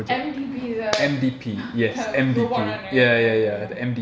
M_D_P the the robot one right ya ya ya